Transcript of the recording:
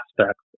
aspects